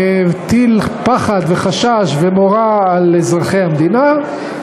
מטיל פחד וחשש ומורא על אזרחי המדינה,